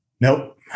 Nope